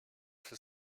für